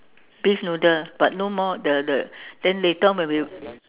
beef noodle but no more the the then later when we